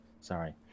Sorry